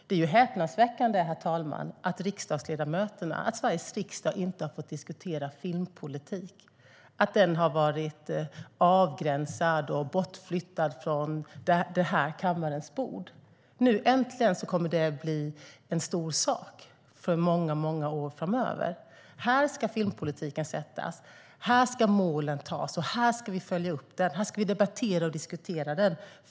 Det är ju häpnadsväckande, herr talman, att Sveriges riksdag inte har fått diskutera filmpolitik och att den har varit avgränsad och bortflyttad från den här kammarens bord. Nu äntligen kommer den att bli en stor sak i många år framöver. Här ska filmpolitiken beslutas. Här ska målen för den sättas, och här ska vi följa upp den. Här ska vi debattera och diskutera den.